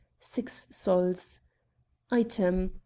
six sols item,